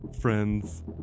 friends